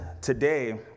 today